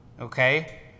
okay